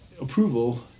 approval